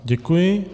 Děkuji.